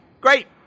Great